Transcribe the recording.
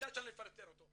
ובוודאי שאני לא אפטר אותו,